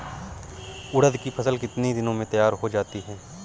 उड़द की फसल कितनी दिनों में तैयार हो जाती है?